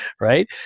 right